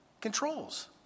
Controls